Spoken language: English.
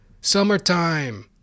Summertime